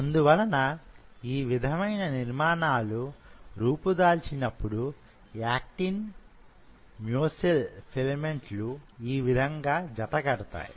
అందువలన యీ విధమైన నిర్మాణాలు రూపుదాల్చినప్పుడు యాక్టిన్ మ్యోసిల్ ఫిలమెంట్లు యీ విధoగా జత కూడుతాయి